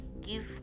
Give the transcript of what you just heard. give